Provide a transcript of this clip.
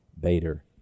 Bader